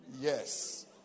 Yes